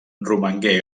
romangué